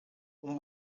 اون